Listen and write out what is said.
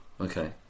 Okay